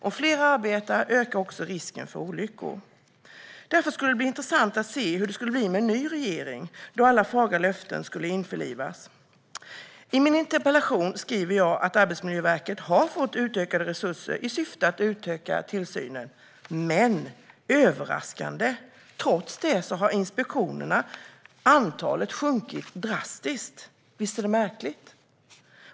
Om fler arbetar ökar också risken för olyckor. Därför skulle det bli intressant att se hur det skulle bli med en ny regering, då alla fagra löften skulle infrias. I min interpellation skriver jag att Arbetsmiljöverket har fått utökade resurser i syfte att utöka tillsynen. Överraskande nog har antalet arbetsmiljöinspektioner trots det sjunkit drastiskt. Visst är det märkligt?